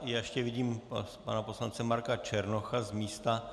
Ještě vidím pana poslance Marka Černocha z místa.